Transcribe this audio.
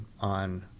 on